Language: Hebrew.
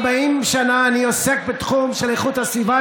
40 שנה אני עוסק בתחום של איכות הסביבה,